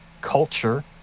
culture